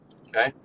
okay